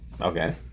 Okay